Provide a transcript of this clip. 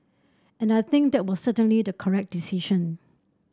and I think that was certainly the correct decision